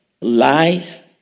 lies